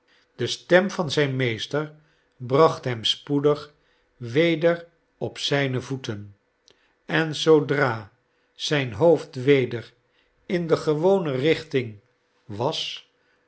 de stem van zijn meester bracht hem spoedig weder op zijne voeten en zoodra zijn hoold weder in de gewone richting was